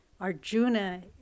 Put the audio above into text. Arjuna